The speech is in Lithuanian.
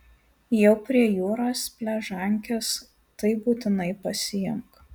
jau prie jūros pležankes tai būtinai pasiimk